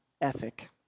ethic